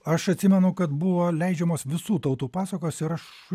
aš atsimenu kad buvo leidžiamos visų tautų pasakos ir aš